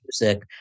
music